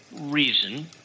reason